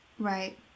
Right